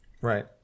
Right